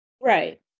Right